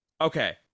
okay